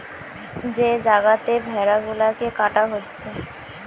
যে জাগাতে ভেড়া গুলাকে কাটা হচ্ছে